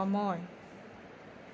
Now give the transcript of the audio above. সময়